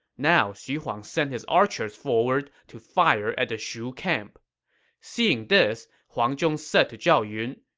now, xu huang sent his archers forward to fire at the shu camp seeing this, huang zhong said to zhao yun,